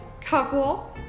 couple